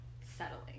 settling